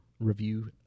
review